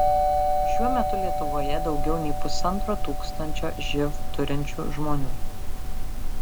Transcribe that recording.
šiuo metu lietuvoje daugiau nei pusantro tūkstančio živ turinčių žmonių